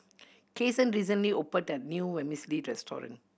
Cason recently opened a new Vermicelli restaurant